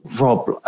rob